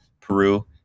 Peru